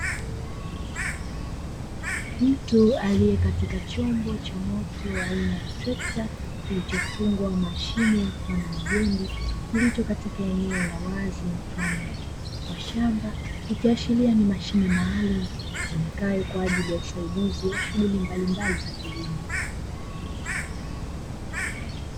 Mtu aliyekatika chombo cha moto aina ya trekta, kilichofungwa mashine mfano wa jembe kilicho katika eneo la wazi mfano wa shamba likiashiria ni mashine maalumu itumikayo kwa ajili ya usaidizi wa shughuri mbalimbali za kilimo.